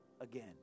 again